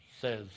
says